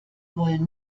wollen